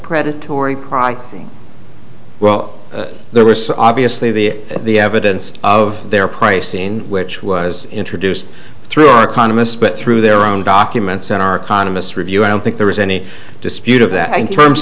predatory pricing well there was obviously the the evidence of their pricing which was introduced through our economists but through their own documents in our economy review i don't think there is any dispute of that in terms